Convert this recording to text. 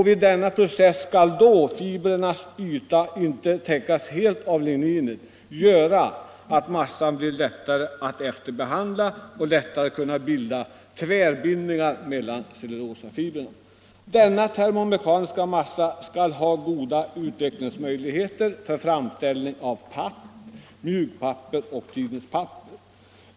Vid denna process skall då fibrernas yta inte täckas helt av ligninet, vilket gör att massan blir lättare att efterbehandla och lättare kan bilda tvärbindningar mellan cellulosafibrerna. Denna termomekaniska massa skall ha goda utvecklingsmöjligheter för framställning av papp, mjukpapper och tidningspapper.